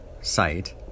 site